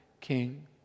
king